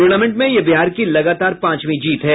tournament में ये बिहार की लगातार पांचवीं जीत है